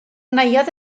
neuadd